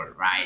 right